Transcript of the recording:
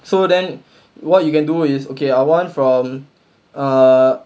so then what you can do is okay I want from err